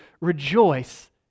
rejoice